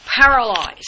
paralyzed